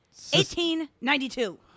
1892